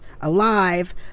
alive